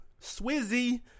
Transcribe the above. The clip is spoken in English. Swizzy